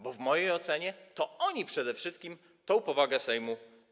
Bo w mojej ocenie, to oni przede wszystkim naruszają powagę Sejmu.